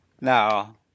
No